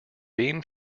beam